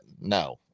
no